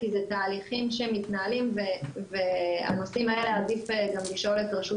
כי אלה תהליכים שמתנהלים ובנושאים האלה עדיף גם לשאול את רשות